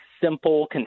simple